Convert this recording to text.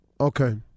Okay